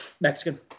Mexican